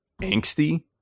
angsty